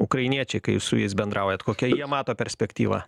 ukrainiečiai kai jūs su jais bendraujat kokią jie mato perspektyvą